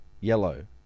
yellow